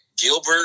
Gilbert